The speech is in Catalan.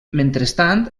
mentrestant